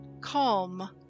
calm